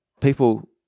people